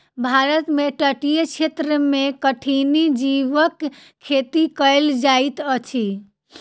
भारत में तटीय क्षेत्र में कठिनी जीवक खेती कयल जाइत अछि